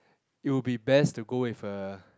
it'll be best to go with a